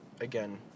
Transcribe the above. again